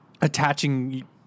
attaching